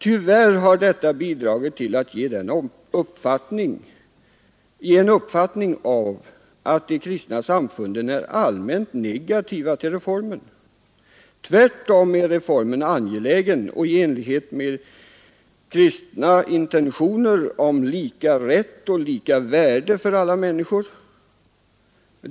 Tyvärr har detta bidragit till att ge en uppfattning av att de kristna samfunden är allmänt negativa till reformen. Tvärtom är reformen angelägen och i enlighet med kristna intentioner om lika rätt och lika värde för alla människor.